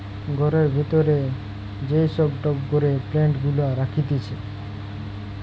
ঘরের ভিতরে যেই সব টবে করে প্লান্ট গুলা রাখতিছে